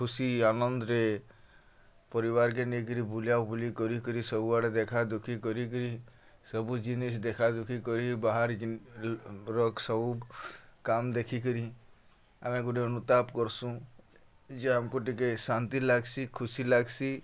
ଖୁସି ଆନନ୍ଦ୍ରେ ପରିବାର୍କେ ନେଇକିରି ବୁଲାବୁଲି କରିକରି ସବୁଆଡ଼େ ଦେଖାଦୁଖି କରିକିରି ସବୁ ଜିନିଷ୍ ଦେଖାଦୁଖି କରି ବାହାର୍ ସବୁ କାମ୍ ଦେଖିକିରି ଆମେ ଗୁଟେ ଅନୁତାପ୍ କରସୁଁ ଯେ ଆମ୍କୁ ଟିକେ ଶାନ୍ତି ଲାଗ୍ସି ଖୁସି ଲାଗ୍ସି